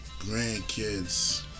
grandkids